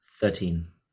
Thirteen